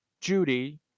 Judy